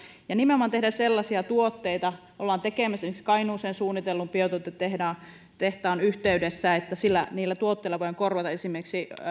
ja nimenomaan tehdä sellaisia tuotteita joita ollaan tekemässä esimerkiksi kainuuseen suunnitellun biotuotetehtaan yhteydessä jotta niillä tuotteilla voidaan korvata esimerkiksi